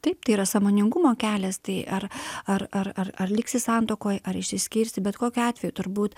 taip tai yra sąmoningumo kelias tai ar ar ar ar ar liksi santuokoj ar išsiskirsi bet kokiu atveju turbūt